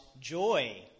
joy